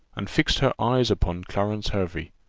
and fixed her eyes upon clarence hervey.